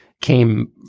came